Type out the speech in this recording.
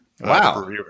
Wow